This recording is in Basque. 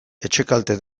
etxekalte